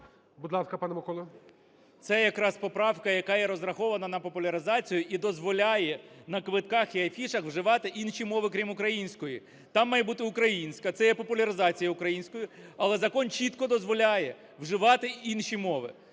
Це якраз поправка, яка і розрахована на популяризацію і дозволяє на квитках і афішах вживати інші мови, крім української. Там має бути українська, це є популяризація української. Але закон чітко дозволяє вживати інші мови.